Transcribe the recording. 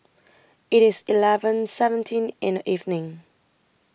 IT IS eleven seventeen in The evening